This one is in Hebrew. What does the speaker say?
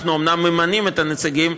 אנחנו אומנם ממנים את הנציגים,